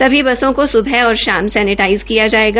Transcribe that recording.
सभी बसों को सुबह और शाम सैनेटाइज़ किया जायेगा